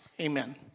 amen